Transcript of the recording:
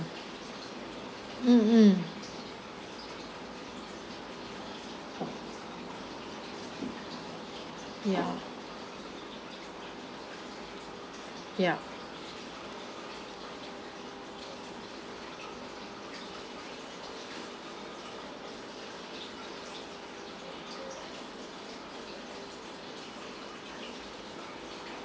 mm yeah yeah